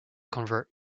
convert